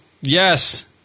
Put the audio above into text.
Yes